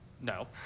no